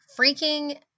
Freaking